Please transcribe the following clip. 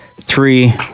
three